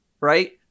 right